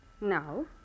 No